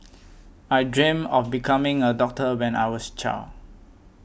I dreamt of becoming a doctor when I was child